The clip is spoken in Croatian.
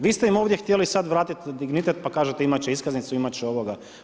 Vi ste im ovdje htjeli sada vratiti dignitet pa kažete imat će iskaznicu, imat će ovoga.